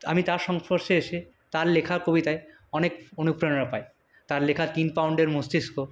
আমি তার সংস্পর্শে এসে তার লেখা কবিতায় অনেক অনুপ্রেরণা পাই তার লেখা তিন পাউন্ডের মস্তিষ্ক